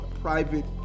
private